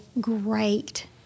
great